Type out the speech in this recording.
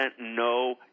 no